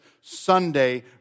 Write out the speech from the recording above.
Sunday